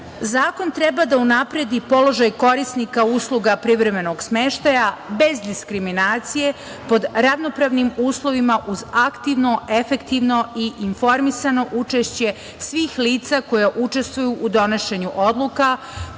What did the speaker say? lica. Zakon treba da unapredi položaj korisnika usluga privremenog smeštaja bez diskriminacije pod ravnopravnim uslovima uz aktivno, efektivno i informisano učešće svih lica koja učestvuju u donošenju odluka